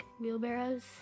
wheelbarrows